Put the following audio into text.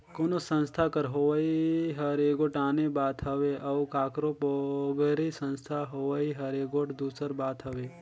कोनो संस्था कर होवई हर एगोट आने बात हवे अउ काकरो पोगरी संस्था होवई हर एगोट दूसर बात हवे